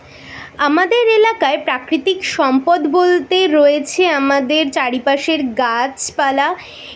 আমাদের এলাকায় প্রাকৃতিক সম্পদ বলতে রয়েছে আমাদের চারিপাশের গাছপালা